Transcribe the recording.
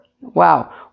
Wow